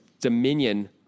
dominion